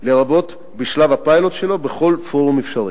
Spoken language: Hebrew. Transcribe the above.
לרבות בשלב הפיילוט שלו, בכל פורום אפשרי.